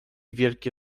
wielkie